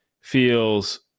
feels